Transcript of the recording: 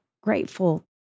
grateful